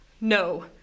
No